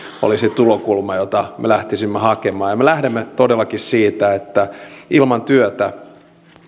olisi tulokulma jota me lähtisimme hakemaan ja me lähdemme todellakin siitä että ilman työtä